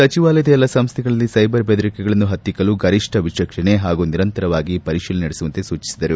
ಸಚಿವಾಲಯದ ಎಲ್ಲಾ ಸಂಸ್ವೆಗಳಲ್ಲಿ ಸೈಬರ್ ಬೆದರಿಕೆಗಳನ್ನು ಹತ್ತಿಕ್ಕಲು ಗರಿಷ್ಠ ವಿಚಕ್ಷಣೆ ಹಾಗೂ ನಿರಂತರವಾಗಿ ಪರಿಶೀಲನೆ ನಡೆಸುವಂತೆ ಸೂಚಿಸಿದರು